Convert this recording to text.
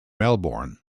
melbourne